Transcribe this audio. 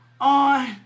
on